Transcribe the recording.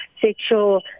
sexual